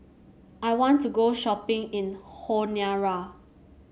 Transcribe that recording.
I want to go shopping in the Honiara